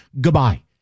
Goodbye